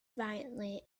violently